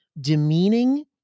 demeaning